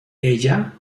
ella